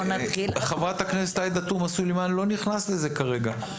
חברת הכנסת עאידה תומא סלימאן, לא נכנס לזה כרגע.